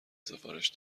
سفارش